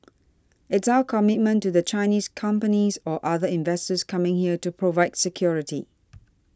it's our commitment to the Chinese companies or other investors coming there to provide security